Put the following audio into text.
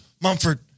Mumford